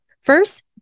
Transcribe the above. First